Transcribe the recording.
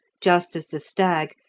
just as the stag,